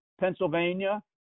Pennsylvania